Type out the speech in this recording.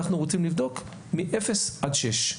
אנחנו רוצים לבדוק מאפס עד שש.